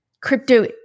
crypto